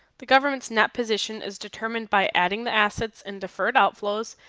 the government's net position is determined by adding the assets and deferred outflows,